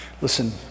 Listen